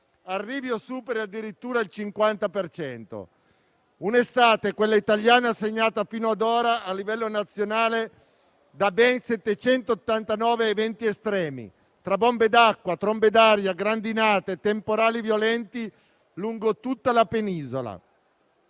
distanza, superino addirittura il 50 per cento. È un'estate, quella italiana, segnata fino ad ora a livello nazionale da ben 789 eventi estremi, tra bombe d'acqua, trombe d'aria, grandinate, temporali violenti lungo tutta la penisola.